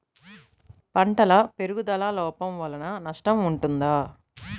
పంటల పెరుగుదల లోపం వలన నష్టము ఉంటుందా?